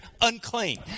unclean